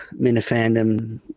Minifandom